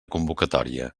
convocatòria